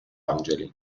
angeli